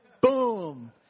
Boom